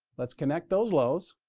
let's connect those lows.